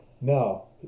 no